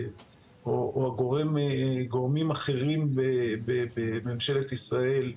או גורמים אחרים בממשלת ישראל,